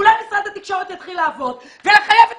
אולי משרד התקשורת יתחיל לעבוד ויחייב את